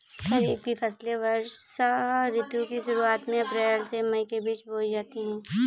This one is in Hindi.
खरीफ की फसलें वर्षा ऋतु की शुरुआत में अप्रैल से मई के बीच बोई जाती हैं